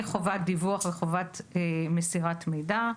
יש חובת דיווח וחובת מסירת מידע,